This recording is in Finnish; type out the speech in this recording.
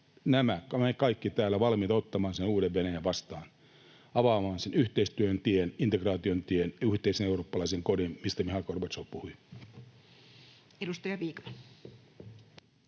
me kaikki täällä Euroopassa valmiita ottamaan sen uuden Venäjän vastaan, avaamaan sen yhteistyön tien, integraation tien ja yhteisen eurooppalaisen kodin, mistä Mihail Gorbatšov puhui? [Speech 123]